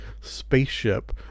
spaceship